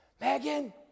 Megan